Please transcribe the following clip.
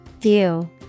View